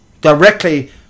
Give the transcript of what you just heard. directly